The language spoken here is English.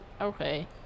Okay